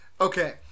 Okay